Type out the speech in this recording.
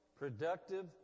productive